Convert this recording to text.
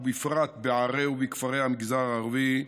ובפרט בערי ובכפרי המגזר הערבי,